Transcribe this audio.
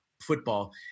football